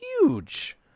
huge